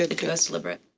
it was deliberate.